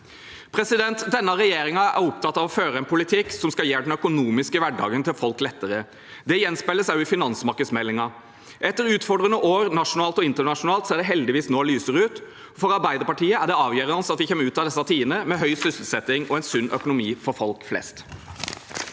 og hjem. Denne regjeringen er opptatt av å føre en politikk som skal gjøre den økonomiske hverdagen til folk lettere. Det gjenspeiles også i finansmarkedsmeldingen. Etter utfordrende år nasjonalt og internasjonalt ser det nå heldigvis lysere ut. For Arbeiderpartiet er det avgjørende at vi kommer ut av disse tidene med høy sysselsetting og en sunn økonomi for folk flest.